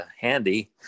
handy